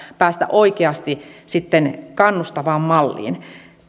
päästä oikeasti sitten kannustavaan malliin